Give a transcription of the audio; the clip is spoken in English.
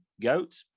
Goat